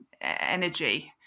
energy